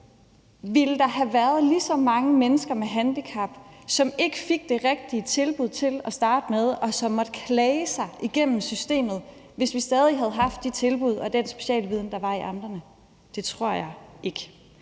dag: Ville der have været lige så mange mennesker med handicap, som ikke fik det rigtige tilbud til at starte med, og som måtte klage sig igennem systemet, hvis vi stadig havde haft de tilbud og den specialviden, der var i amterne? Det tror jeg ikke.